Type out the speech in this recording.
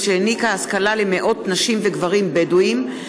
שהעניקה השכלה למאות נשים וגברים בדואים,